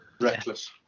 Reckless